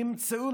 נמצאו,